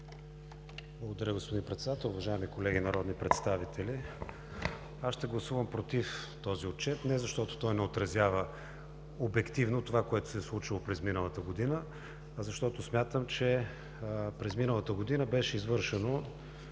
Благодаря, господин Председател. Уважаеми колеги народни представители! Ще гласувам против Отчета не защото той не отразява обективно това, което се е случило през миналата година, а защото смятам, че през миналата година беше извършено,